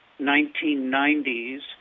1990s